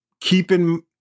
keeping